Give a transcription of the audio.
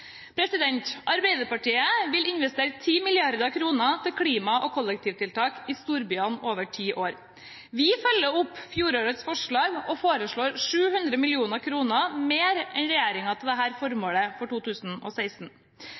Arbeiderpartiet vil investere 10 mrd. kr til klima- og kollektivtiltak i storbyene over ti år. Vi følger opp fjorårets forslag og foreslår 700 mill. kr mer enn regjeringen til dette formålet for 2016.